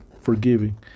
forgiving